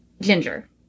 Ginger